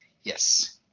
yes